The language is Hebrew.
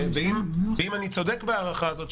ואם אני צודק בהערכתי זו,